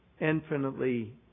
infinitely